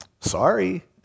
sorry